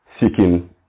seeking